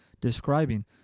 describing